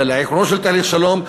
ולעיקרו של תהליך שלום.